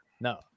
no